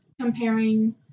comparing